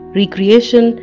recreation